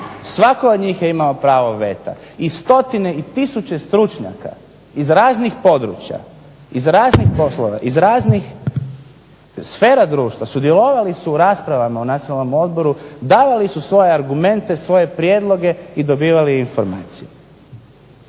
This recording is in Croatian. svako od njih je imao pravo veta i stotine i tisuće stručnjaka iz raznih područja, iz raznih poslova, iz raznih sfera društva sudjelovali su u raspravama u Nacionalnom odboru, davali su svoje argumente, svoje prijedloge i dobivali informacije.